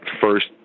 first